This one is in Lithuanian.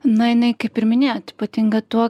na jinai kaip ir minėjot ypatinga tuo